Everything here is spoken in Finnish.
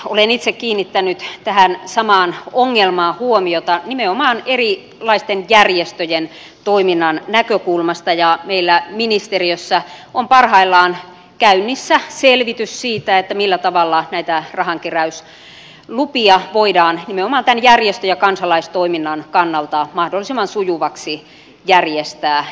olen itse kiinnittänyt tähän samaan ongelmaan huomiota nimenomaan erilaisten järjestöjen toiminnan näkökulmasta ja meillä ministeriössä on parhaillaan käynnissä selvitys siitä millä tavalla näitä rahankeräyslupia voidaan nimenomaan tämän järjestö ja kansalaistoiminnan kannalta mahdollisimman sujuviksi järjestää